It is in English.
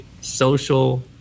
social